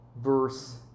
verse